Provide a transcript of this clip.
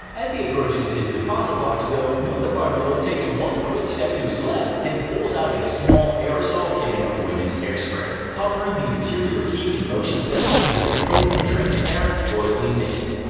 as he approaches his deposit box though, notarbartolo takes one quick step to his left and pulls out a small aerosol can of women's hairspray, covering the interior heat and motion sensor with a coat of transparent, oily mist.